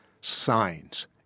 signs